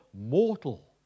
mortal